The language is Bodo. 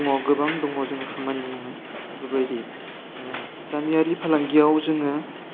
दङ गोबां दङ जोङो खामानि मावनो बेफोरबायदि गामियारि फालांगियाव जोङो